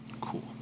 Cool